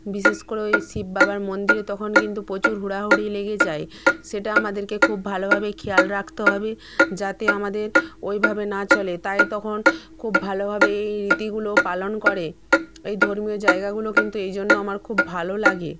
বিশেষ করে ওই শিব বাবার মন্দিরে তখন কিন্তু প্রচুর হুড়োহুড়ি লেগে যায় সেটা আমাদেরকে খুব ভালোভাবেই খেয়াল রাখতে হবে যাতে আমাদের ওইভাবে না চলে তায়ের তখন খুব ভালোভাবে এই রীতিগুলো পালন করে এই ধর্মীয় জায়গাগুলো কিন্তু এই জন্য আমার খুব ভালো লাগে